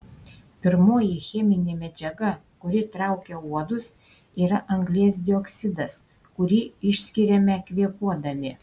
pirmoji cheminė medžiaga kuri traukia uodus yra anglies dioksidas kurį išskiriame kvėpuodami